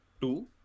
two